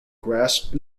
grasp